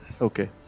Okay